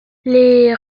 les